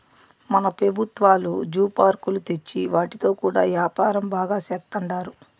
మన పెబుత్వాలు జూ పార్కులు తెచ్చి వాటితో కూడా యాపారం బాగా సేత్తండారు